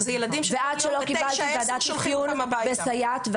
ועד שלא קיבלתי ועדת אפיון וסייעת,